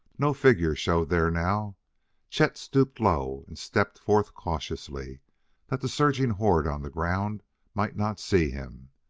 no figure showed there now chet stooped low and stepped forth cautiously that the surging horde on the ground might not see him.